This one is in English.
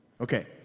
Okay